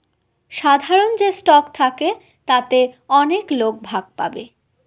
সাধারন যে স্টক থাকে তাতে অনেক লোক ভাগ পাবে